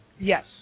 Yes